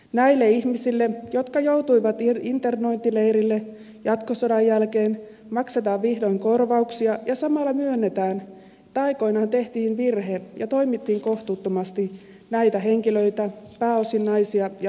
näille ihmisille jotka joutuivat internointileirille jatkosodan jälkeen maksetaan vihdoin korvauksia ja samalla myönnetään että aikoinaan tehtiin virhe ja toimittiin kohtuuttomasti näitä henkilöitä pääosin naisia ja lapsia kohtaan